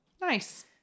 Nice